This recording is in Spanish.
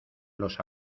los